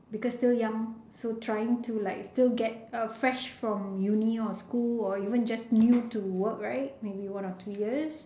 because still young so trying to like still get afresh from uni or school or even just new to work right maybe one or two years